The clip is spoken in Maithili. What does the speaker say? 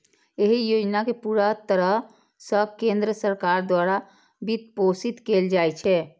एहि योजना कें पूरा तरह सं केंद्र सरकार द्वारा वित्तपोषित कैल जाइ छै